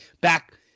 back